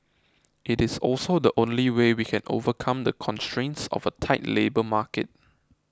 it is also the only way we can overcome the constraints of a tight labour market